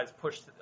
pushed –